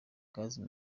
gazi